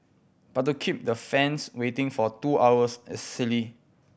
but to keep the fans waiting for two hours is silly